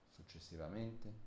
Successivamente